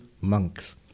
monks